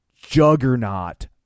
juggernaut